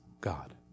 God